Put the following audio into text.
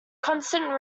constant